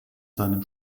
seinem